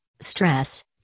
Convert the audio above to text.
stress